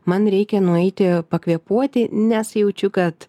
man reikia nueiti pakvėpuoti nes jaučiu kad